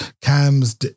CAMs